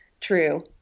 true